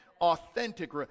Authentic